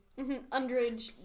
Underage